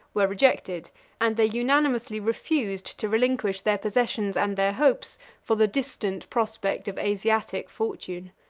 were rejected and they unanimously refused to relinquish their possessions and their hopes for the distant prospect of asiatic fortune.